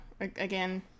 again